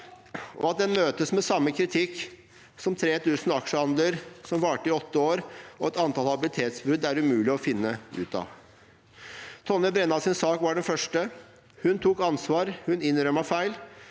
og at en møtes med samme kritikk som for 3 000 aksjehandler som varte i åtte år og et antall habilitetsbrudd det er umulig å finne ut av. Tonje Brennas sak var den første. Hun tok ansvar, hun innrømmet feil,